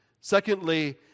Secondly